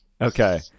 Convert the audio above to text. Okay